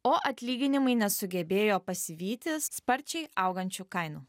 o atlyginimai nesugebėjo pasivyti sparčiai augančių kainų